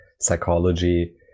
psychology